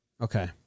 Okay